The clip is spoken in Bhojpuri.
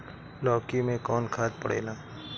लौकी में कौन खाद पड़ेला?